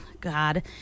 God